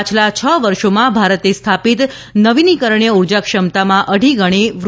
પાછલા છ વર્ષોમાં ભારતે સ્થાપિત નવીનીકરણીય ઉર્જાક્ષમતામાં અઢી ગણી વૃધ્ધિ કરી છે